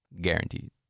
Guaranteed